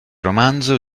romanzo